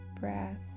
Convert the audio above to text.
breath